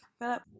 Philip